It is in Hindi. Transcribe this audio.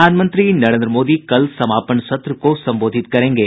प्रधानमंत्री नरेन्द्र मोदी कल समापन सत्र को संबोधित करेंगे